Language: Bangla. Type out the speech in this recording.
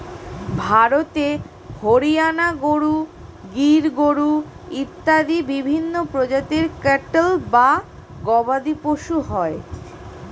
ভারতে হরিয়ানা গরু, গির গরু ইত্যাদি বিভিন্ন প্রজাতির ক্যাটল বা গবাদিপশু হয়